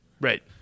right